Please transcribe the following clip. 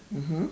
mmhmm